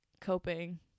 coping